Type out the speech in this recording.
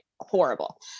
horrible